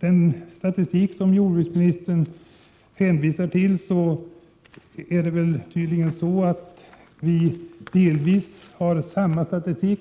den statistik som jordbruksministern hänvisar till vill jag säga att vi tydligen delvis har samma statistik.